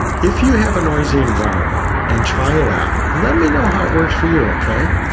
if you have a noisy environment and try it out, let me know how it works for you. okay?